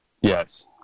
Yes